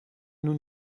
nous